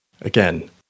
Again